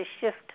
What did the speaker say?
shift